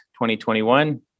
2021